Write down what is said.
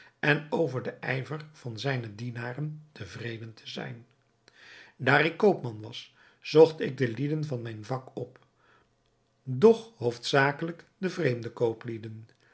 en over den ijver van zijne dienaren tevreden te zijn daar ik koopman was zocht ik de lieden van mijn vak op doch hoofdzakelijk de vreemde